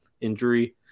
injury